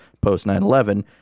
post-9-11